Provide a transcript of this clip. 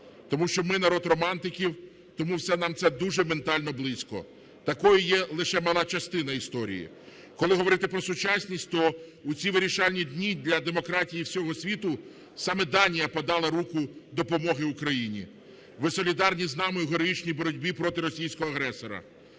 тому що ми народ романтиків, тому все нам це дуже ментально близько. Такою є лише мала частина історії. Коли говорити про сучасність, то у ці вирішальні дні для демократії всього світу саме Данія подала руку допомоги Україні. Ви солідарні з нами у героїчній боротьбі проти російського агресора.